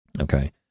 Okay